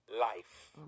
Life